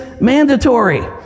mandatory